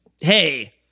hey